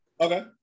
Okay